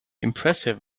impressive